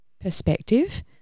perspective